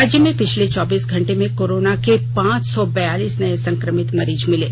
राज्य में पिछले चौबीस घंटे में कोरोना के पांच सौ बयालीस नये संक्रमित मरीज मिले